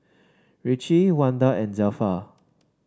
Richie Wanda and Zelpha